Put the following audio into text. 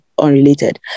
Unrelated